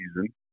season